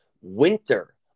Winter